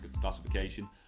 classification